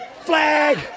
flag